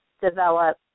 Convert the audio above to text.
develop